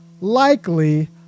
likely